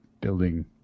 building